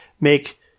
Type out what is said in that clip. make